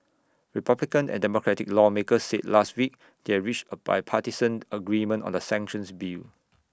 republican and democratic lawmakers said last week they are reached A bipartisan agreement on the sanctions bill